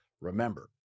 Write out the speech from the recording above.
Remember